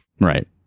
Right